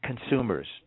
consumers